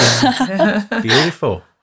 Beautiful